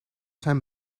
zijn